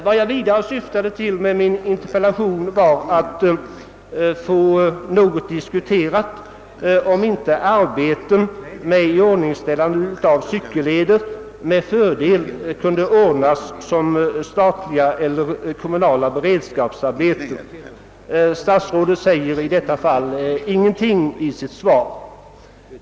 Vad jag vidare syftade till med min interpellation var att framföra tanken att arbeten med iordningställande av cykelleder med fördel kunde ordnas som statliga eller kommmunala beredskapsarbeten. Statsrådet säger i detta fall ingenting i sitt svar.